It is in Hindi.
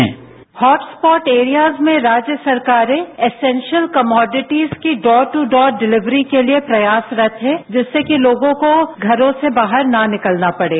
बाईट हॉटस्टॉप एरियाज में राज्य सरकारें एसंशियल कमोडिटीज की डोर टू डोर डिलीवरी के लिए प्रयासरत है जिससे कि लोगों को घरों से बाहर न निकलना पड़े